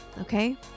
okay